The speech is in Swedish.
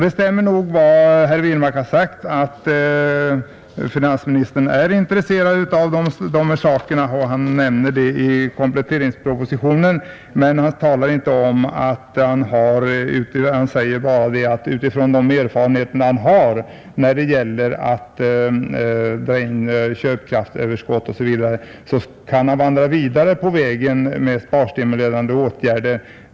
Det stämmer nog vad herr Wirmark har sagt, att finansministern är intresserad av dessa ting, Han nämner det i kompletteringspropositionen, men han säger bara att utifrån de erfarenheter han har när det gäller att dra in köpkraftsöverskott etc. så kan han vandra vidare på vägen med sparstimulerande åtgärder.